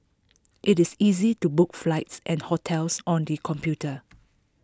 IT is easy to book flights and hotels on the computer